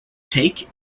take